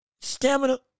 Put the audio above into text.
stamina